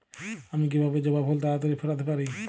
আমি কিভাবে জবা ফুল তাড়াতাড়ি ফোটাতে পারি?